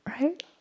Right